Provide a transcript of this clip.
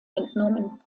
entnommen